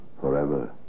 forever